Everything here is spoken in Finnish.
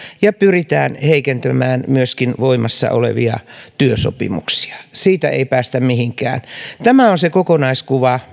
ja pyritään heikentämään myöskin voimassa olevia työsopimuksia siitä ei päästä mihinkään tämä on se kokonaiskuva